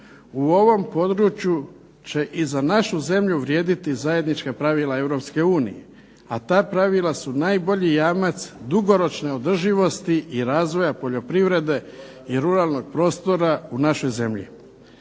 u ovom području će i za našu zemlju vrijediti zajednička pravila EU. A ta pravila su najbolji jamac dugoročne održivosti i razvoja poljoprivrede i ruralnog prostora u našoj zemlji.